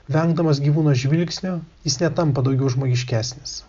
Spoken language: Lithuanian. vengdamas gyvūno žvilgsnio jis netampa daugiau žmogiškesnis